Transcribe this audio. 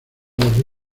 los